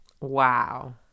Wow